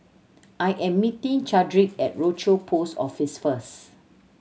I am meeting Chadrick at Rochor Post Office first